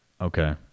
Okay